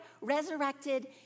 resurrected